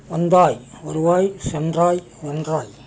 வந்தாய் வருவாய் சென்றாய் நின்றாய்